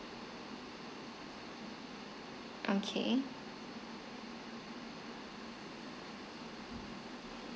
okay